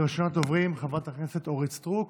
ראשונת הדוברים, חברת הכנסת אורית סטרוק,